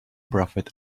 profit